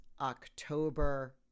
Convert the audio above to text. October